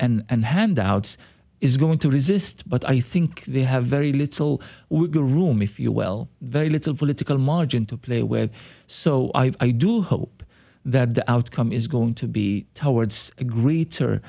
and handouts is going to resist but i think they have very little room if you well very little political margin to play with so i do hope that the outcome is going to be towards a gre